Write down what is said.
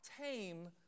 tame